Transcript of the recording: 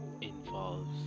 involves